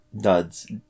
Duds